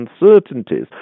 uncertainties